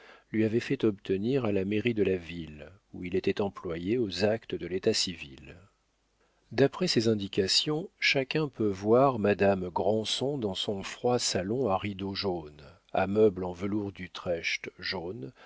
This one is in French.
lui avait fait obtenir à la mairie de la ville où il était employé aux actes de l'état civil d'après ces indications chacun peut voir madame granson dans son froid salon à rideaux jaunes à meuble en velours d'utrecht jaune